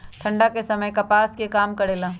ठंडा के समय मे कपास का काम करेला?